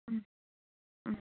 ꯎꯝ ꯎꯝ